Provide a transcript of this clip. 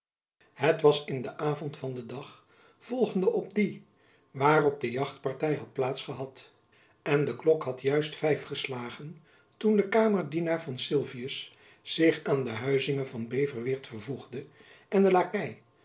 het was in den avond van den dag volgende op dien waarop de jachtparty had plaats gehad en de klok had juist vijf geslagen toen de kamerdienaar van sylvius zich aan de huizinge van beverweert vervoegde en den lakei